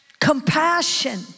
Compassion